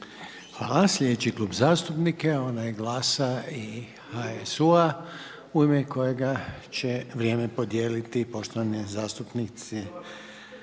Hvala. Sljedeći klub zastupnika onaj GLASA I HSU u ime kojega će vrijem podijeliti poštovane zastupnice